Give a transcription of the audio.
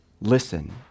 listen